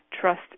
trust